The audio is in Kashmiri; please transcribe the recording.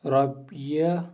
رۄپیہِ